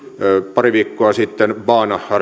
pari viikkoa sitten